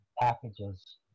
packages